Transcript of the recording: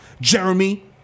Jeremy